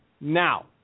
now